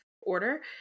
order